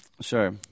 Sure